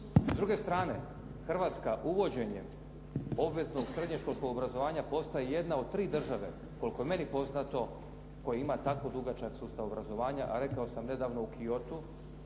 S druge strane, Hrvatska uvođenjem obveznog srednjoškolskog obrazovanja postaje jedna od tri države, koliko je meni poznato koji ima tako dugačak sustav obrazovanja, a rekao sam nedavno u Kyotu,